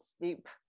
sleep